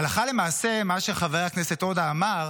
הלכה למעשה מה שחבר הכנסת עודה אמר